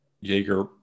Jaeger